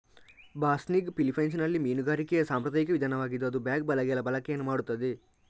ಬಾಸ್ನಿಗ್ ಫಿಲಿಪೈನ್ಸಿನಲ್ಲಿ ಮೀನುಗಾರಿಕೆಯ ಸಾಂಪ್ರದಾಯಿಕ ವಿಧಾನವಾಗಿದ್ದು ಅದು ಬ್ಯಾಗ್ ಬಲೆಗಳ ಬಳಕೆಯನ್ನು ಮಾಡುತ್ತದೆ